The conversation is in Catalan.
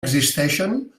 existeixen